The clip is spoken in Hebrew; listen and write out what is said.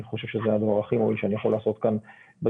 אני חושב שזה הדבר הכי מועיל שאני יכול לעשות כאן בדיון.